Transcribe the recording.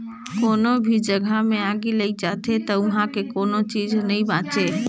कोनो भी जघा मे आगि लइग जाथे त उहां के कोनो चीच हर नइ बांचे